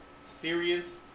serious